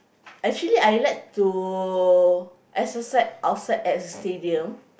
actually I like to exercise outside at the stadium